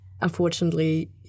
unfortunately